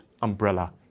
umbrella